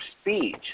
speech